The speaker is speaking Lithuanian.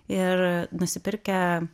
ir nusipirkę